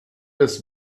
des